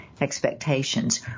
expectations